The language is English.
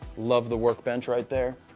love the workbench right there.